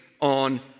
on